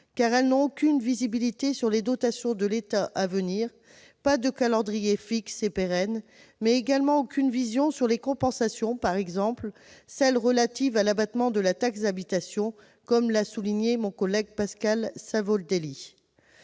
car elles n'ont aucune visibilité sur les dotations à venir de l'État, pas de calendrier fixe et pérenne. Elles n'ont également aucune vision sur les compensations : je pense, par exemple, à celles qui sont relatives à l'abattement de la taxe d'habitation, comme l'a souligné mon collègue Pascal Savoldelli.